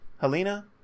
Helena